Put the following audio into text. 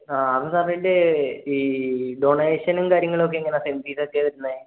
ആ അത് സർ ഇതിൻ്റെ ഈ ഡോണേഷനും കാര്യങ്ങളൊക്കെ എങ്ങനെയാണ് സെം ഫീസ് എത്രയാണ് വരുന്നത്